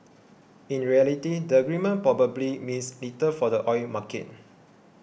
in reality the agreement probably means little for the oil market